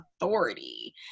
authority